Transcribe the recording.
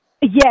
Yes